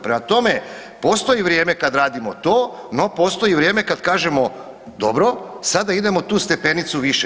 Prema tome, postoji vrijeme kada radimo to, no postoji vrijeme kad kažemo dobro, sada idemo tu stepenicu više.